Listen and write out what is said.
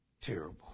terrible